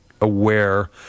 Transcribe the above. aware